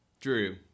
Drew